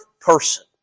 person